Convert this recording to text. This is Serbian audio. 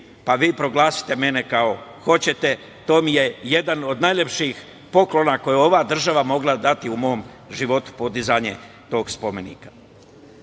pa vi proglasite mene kako hoćete. To mi je jedan od najlepših poklona koja je ova država mogla dati u mom životu podizanje tog spomenika.